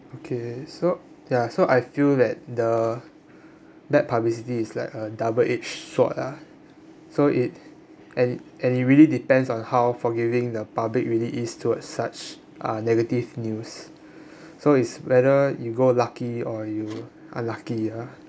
okay so ya so I feel that the bad publicity is like a double-edged sword lah so it and and it really depends on how forgiving the public really is towards such uh negative news so is whether you go lucky or you unlucky lah